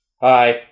Hi